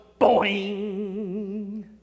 boing